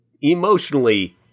emotionally